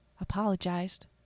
apologized